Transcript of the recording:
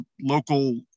local